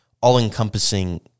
all-encompassing